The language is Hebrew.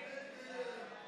הנישואין